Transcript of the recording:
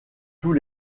tous